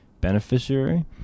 beneficiary